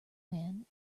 man